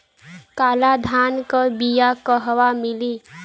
काला धान क बिया कहवा मिली?